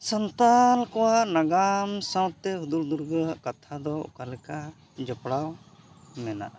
ᱥᱟᱱᱛᱟᱲ ᱠᱚᱣᱟᱜ ᱱᱟᱜᱟᱢ ᱥᱟᱶᱛᱮ ᱦᱩᱫᱩᱲ ᱫᱩᱨᱜᱟᱹ ᱟᱜ ᱠᱟᱛᱷᱟ ᱫᱚ ᱚᱠᱟ ᱞᱮᱠᱟ ᱡᱚᱯᱲᱟᱣ ᱢᱮᱱᱟᱜᱼᱟ